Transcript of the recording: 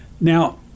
Now